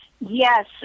Yes